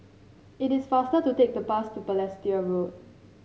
it is faster to take the bus to Balestier Road